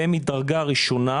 והם מדרגה ראשונה,